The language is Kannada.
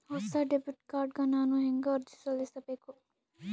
ಹೊಸ ಡೆಬಿಟ್ ಕಾರ್ಡ್ ಗ ನಾನು ಹೆಂಗ ಅರ್ಜಿ ಸಲ್ಲಿಸಬೇಕು?